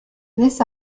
this